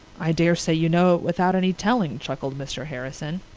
i daresay you know it without any telling, chuckled mr. harrison.